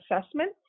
assessment